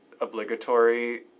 obligatory